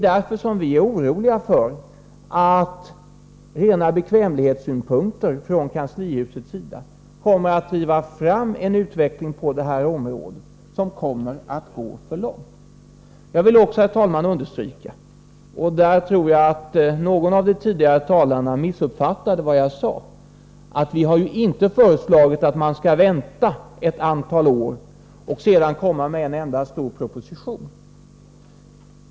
Därför är vi oroliga för att rena bekvämlighetssynpunkter från kanslihusets sida kommer att driva fram en utveckling på detta område som går för långt. Jag vill även, herr talman, understryka — och där tror jag att någon av de tidigare talarna missuppfattade vad jag sade — att vi inte har föreslagit att man skall vänta ett antal år och sedan komma med en enda stor proposition.